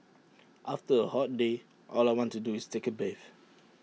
after A hot day all I want to do is take A bathe